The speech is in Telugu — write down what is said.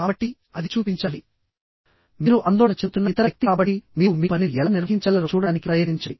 కాబట్టి అది చూపించాలి మీరు ఆందోళన చెందుతున్న ఇతర వ్యక్తి కాబట్టి మీరు మీ పనిని ఎలా నిర్వహించగలరో చూడటానికి ప్రయత్నించండి